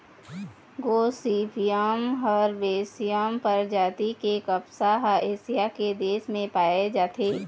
Gossypium herbaceum परजाति के कपसा ह एशिया के देश मन म पाए जाथे